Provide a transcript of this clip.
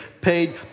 paid